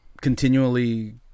continually